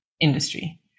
industry